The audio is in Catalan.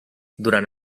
durant